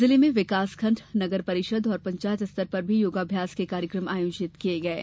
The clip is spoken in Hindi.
जिले में विकासखंडद्व नगरपरिषद और पंचायत स्तर पर भी योगाभ्यास के कार्यक्रम आयोजित किये गये